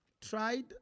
tried